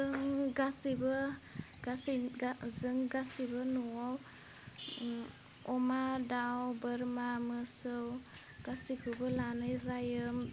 जों गासैबो गासै जों गासैबो नवाव ओह अमा दाउ बोरमा मोसौ गासैखौबो लानाय जायो